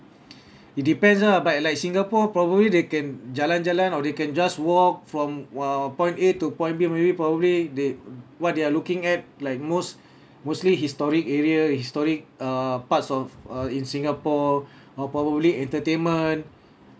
it depends lah but like singapore properly they can jalan jalan or they can just walk from uh point A to point B maybe probably they what they are looking at like most mostly historic area historic uh parts of uh in singapore or probably entertainment